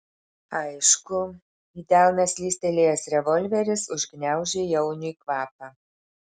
aišku į delną slystelėjęs revolveris užgniaužė jauniui kvapą